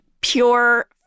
pure